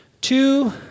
two